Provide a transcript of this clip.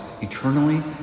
eternally